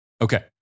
Okay